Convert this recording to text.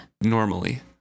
Normally